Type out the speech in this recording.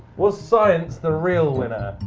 was science the real winner?